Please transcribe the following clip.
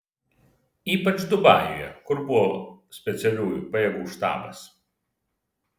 ypač dubajuje kur buvo specialiųjų pajėgų štabas